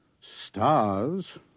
stars